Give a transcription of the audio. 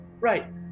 Right